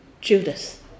Judas